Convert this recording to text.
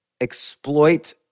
exploit